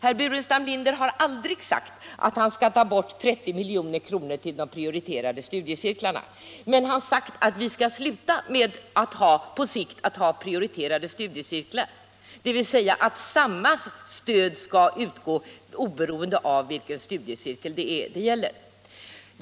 Herr Burenstam Linder har aldrig sagt att han skall ta bort 30 milj.kr. från de prioriterade studiecirklarna, utan han har sagt att vi på sikt skall sluta med att ha prioriterade studiecirklar, dvs. att samma stöd skall utgå oberoende av vilken studiecirkel det gäller.